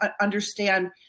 understand